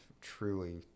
truly